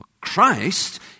Christ